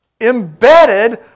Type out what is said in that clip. embedded